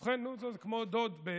ובכן, זה כמו דוד בעצם.